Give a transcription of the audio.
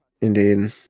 Indeed